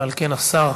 על כן, השר